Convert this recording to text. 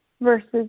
versus